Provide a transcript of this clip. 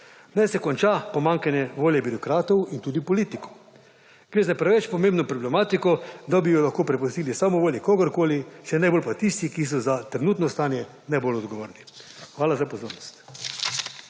Naj se konča pomanjkanje volje birokratov in tudi politikov. Gre za preveč pomembno problematiko, da bi jo lahko prepustili samovolji kogarkoli, še najmanj pa tistih, ki so za trenutno stanje najbolj odgovorni. Hvala za pozornost.